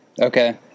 Okay